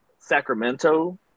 Sacramento